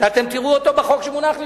שאתם תראו אותו בחוק שמונח לפניכם,